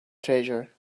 treasure